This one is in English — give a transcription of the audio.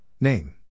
name